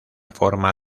forma